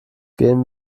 gehen